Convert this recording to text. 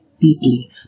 deeply